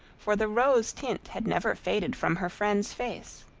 for the rose tint had never faded from her friend's face.